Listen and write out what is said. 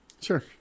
Sure